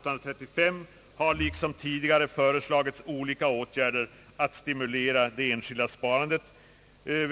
835, har liksom tidigare föreslagits olika åtgärder för att stimulera det enskilda sparandet.